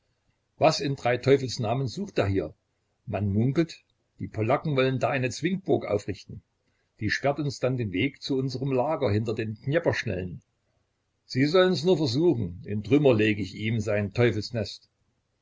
was in drei teufels namen sucht er hier man munkelt die polacken wollen da eine zwingburg aufrichten die sperrt uns dann den weg zu unserm lager hinter den dnjeprschnellen sie sollen's nur versuchen in trümmer leg ich ihm sein teufelsnest